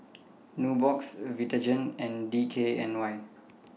Nubox Vitagen and D K N Y